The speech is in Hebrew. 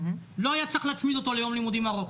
לא היה צריך להצמיד אותו ליום לימודים ארוך.